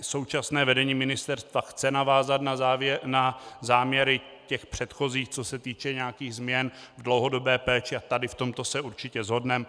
Současné vedení ministerstva chce navázat na záměry předchozích, co se týče nějakých změn v dlouhodobé péči, a tady v tomto se určitě shodneme.